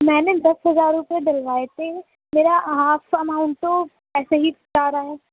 میں نے دس ہزار روپئے ڈلوائے تھے میرا ہالف اماؤنٹ تو ایسے ہی رہا ہے